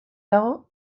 dago